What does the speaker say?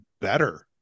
better